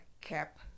Cap